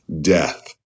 Death